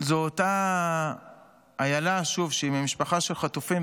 זו אותה איילה, שוב, שהיא ממשפחה של חטופים.